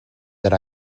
that